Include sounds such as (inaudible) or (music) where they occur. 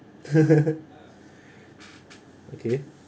(laughs) okay